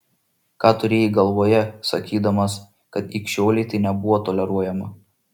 ką turėjai galvoje sakydamas kad ikšiolei tai nebuvo toleruojama